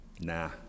nah